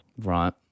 Right